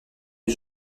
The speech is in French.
une